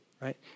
right